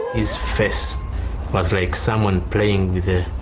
his fist was like someone playing with a,